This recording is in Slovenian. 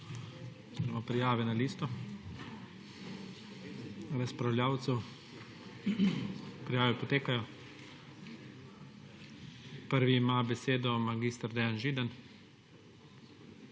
prijave na listo razpravljavcev. Prijave potekajo. Prvi ima besedo mag. Dejan Židan.